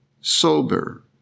sober